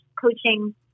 coaching